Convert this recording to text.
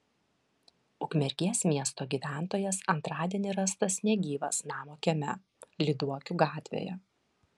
ukmergės miesto gyventojas antradienį rastas negyvas namo kieme lyduokių gatvėje